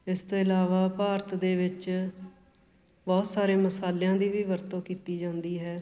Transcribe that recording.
ਇਸ ਤੋਂ ਇਲਾਵਾ ਭਾਰਤ ਦੇ ਵਿੱਚ ਬਹੁਤ ਸਾਰੇ ਮਸਾਲਿਆਂ ਦੀ ਵੀ ਵਰਤੋਂ ਕੀਤੀ ਜਾਂਦੀ ਹੈ